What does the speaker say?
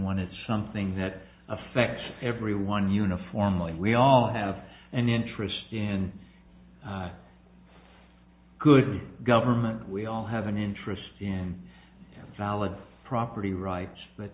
when it's something that affects everyone uniformly we all have an interest in good government we all have an interest in knowledge of property rights